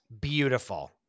Beautiful